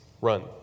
Run